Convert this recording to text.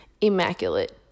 Immaculate